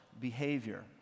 behavior